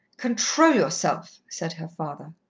control yourself, said her father.